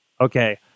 Okay